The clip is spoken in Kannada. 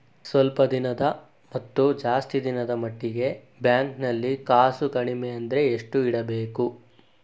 ಸ್ವಲ್ಪ ದಿನದ ಮತ್ತು ಜಾಸ್ತಿ ದಿನದ ಮಟ್ಟಿಗೆ ಬ್ಯಾಂಕ್ ನಲ್ಲಿ ಕಾಸು ಕಡಿಮೆ ಅಂದ್ರೆ ಎಷ್ಟು ಇಡಬೇಕು?